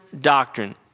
doctrine